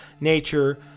nature